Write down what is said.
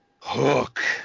Hook